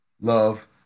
love